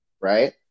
right